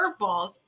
curveballs